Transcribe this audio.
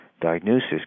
diagnosis